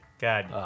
God